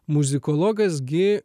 muzikologas gi